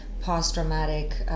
post-traumatic